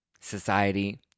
society